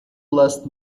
last